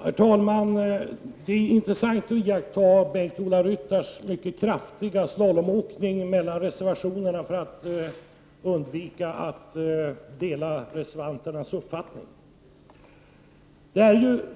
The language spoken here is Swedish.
Herr talman! Det är intressant att iaktta Bengt-Ola Ryttars mycket kraftiga slalomåkning mellan reservationerna för att undvika att dela reservanternas uppfattning.